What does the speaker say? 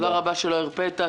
תודה רבה שלא הרפית,